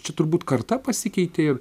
čia turbūt karta pasikeitė ir